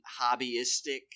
hobbyistic